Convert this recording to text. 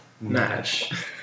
match